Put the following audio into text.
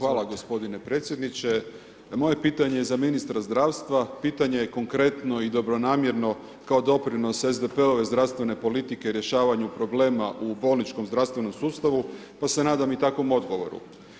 Hvala gospodine predsjedniče, moje pitanje je za ministra zdravstva, pitanje je konkretno i dobronamjerno kao doprinos SDP-ove zdravstvene politike rješavanju problema u bolničkom zdravstvenom sustavu, pa se nadam i takvom odgovoru.